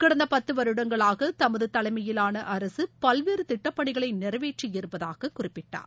கடந்த பத்து வருடங்களாக தமது தலைமையிலான அரசு பல்வேறு திட்டப்பணிகளை நிறைவேற்றி இருப்பதாக குறிப்பிட்டார்